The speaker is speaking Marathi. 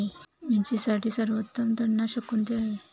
मिरचीसाठी सर्वोत्तम तणनाशक कोणते आहे?